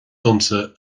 domsa